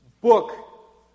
book